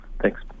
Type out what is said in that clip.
Thanks